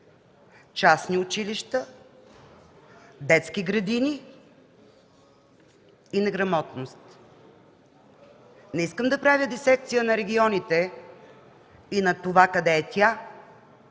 частни училища, детски градини и неграмотност. Не искам да правя дисекция на регионите и на това къде тя